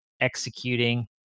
executing